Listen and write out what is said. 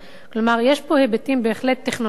כלומר יש פה היבטים בהחלט טכנולוגיים,